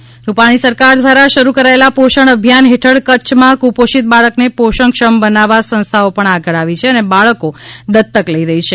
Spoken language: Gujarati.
કચ્છ પોષણ અભિયાન રૂપાણી સરકાર દ્વારા શરૂ કરાયેલા પોષણ અભિયાન હેઠળ કચ્છમાં કુપોષિત બાળકને પોષણક્ષમ બનાવવા સંસ્થાઓ પણ આગળ આવી છે અને બાળકો દત્તક લઇ રહી છે